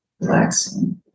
relaxing